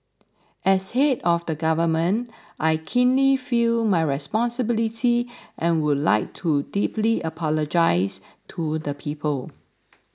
as head of the government I keenly feel my responsibility and would like to deeply apologise to the people